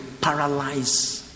paralyze